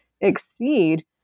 exceed